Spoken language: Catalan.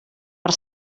per